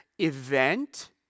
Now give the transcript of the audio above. event